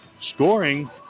Scoring